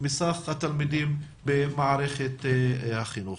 מסך התלמידים במערכת החינוך.